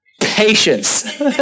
patience